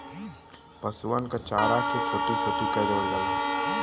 पसुअन क चारा के छोट्टी छोट्टी कै देवल जाला